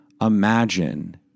Imagine